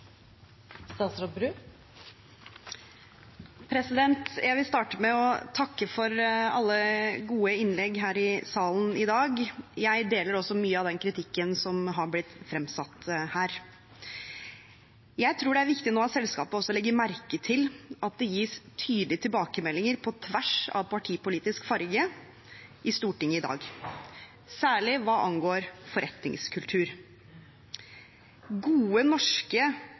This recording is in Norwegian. Jeg vil starte med å takke for alle gode innlegg her i salen i dag. Jeg deler også mye av den kritikken som har blitt fremsatt her. Jeg tror det er viktig nå at selskapet også legger merke til at det gis tydelige tilbakemeldinger på tvers av partipolitisk farge i Stortinget i dag, særlig hva angår forretningskultur. Gode norske